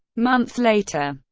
months later,